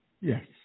Yes